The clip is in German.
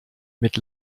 mit